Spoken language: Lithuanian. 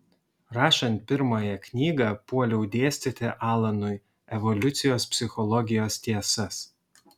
rašant pirmąją knygą puoliau dėstyti alanui evoliucijos psichologijos tiesas